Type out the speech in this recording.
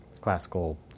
classical